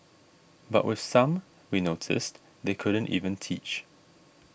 but with some we noticed they couldn't even teach